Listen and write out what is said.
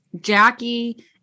Jackie